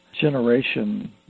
generation